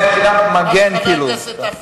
זה גם מגן כאילו.